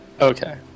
Okay